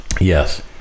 yes